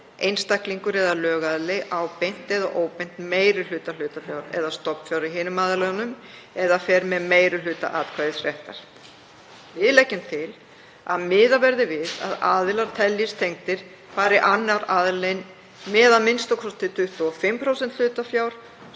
einstaklingur eða lögaðili, á beint eða óbeint meiri hluta hlutafjár eða stofnfjár í hinum aðilanum eða fer með meiri hluta atkvæðisréttar. Lagt er til að miðað verði við að aðilar teljist tengdir fari annar aðilinn með a.m.k. 25% hlutafjár,